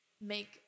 make